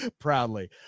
Proudly